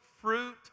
fruit